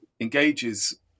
engages